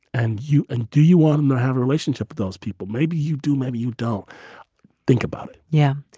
and you and do you want and to have relationship with those people? maybe you do. maybe you don't think about it yeah,